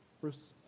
Bruce